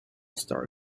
star